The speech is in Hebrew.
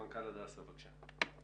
מנכ"ל הדסה בבקשה.